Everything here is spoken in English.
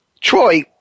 Troy